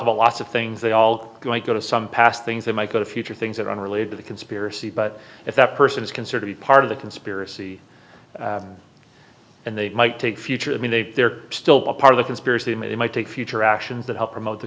about lots of things they all going to go to some past things that might go to future things that are unrelated to the conspiracy but if that person is considered to be part of the conspiracy and they might take future i mean they are still part of the conspiracy maybe might take future actions that help promote the